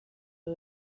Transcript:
aba